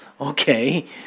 okay